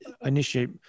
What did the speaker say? initiate